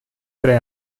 tre